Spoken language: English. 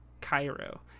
Cairo